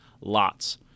lots